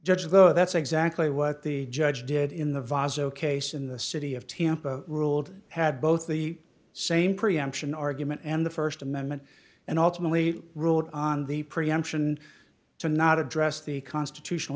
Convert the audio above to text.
judge though that's exactly what the judge did in the vase zero case in the city of tampa ruled had both the same preemption argument and the st amendment and ultimately ruled on the preemption to not address the constitutional